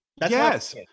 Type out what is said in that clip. Yes